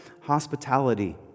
hospitality